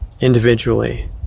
individually